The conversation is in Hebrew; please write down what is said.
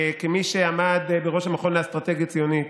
כמי שעמד בראש המכון לאסטרטגיה ציונית,